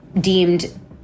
deemed